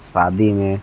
शादी में